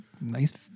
nice